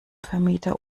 vermieter